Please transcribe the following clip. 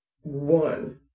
one